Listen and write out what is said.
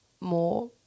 more